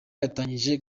yatangije